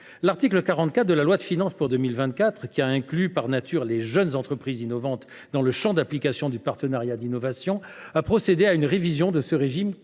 L’article 44 de la loi de finances pour 2024, en incluant les « jeunes entreprises innovantes », par nature, dans le champ d’application du partenariat d’innovation, a procédé à une révision de ce régime